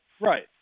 Right